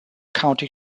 county